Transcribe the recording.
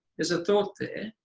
there's a thought there,